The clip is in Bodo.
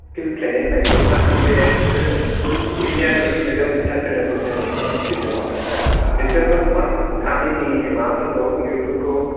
सिखिल ट्रेनिं होनायनिबो माखासे बिसोरो इनडियान इन्सथिथिउथ आप इनथारफ्रिनियुयारसिप मोनसे इनसथिथिउथ दङ बिसोरबो गोबां गामिनि माबाफोरखौ इउयथ फोरखौ